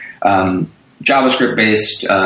JavaScript-based